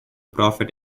profit